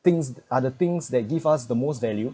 things are the things that give us the most value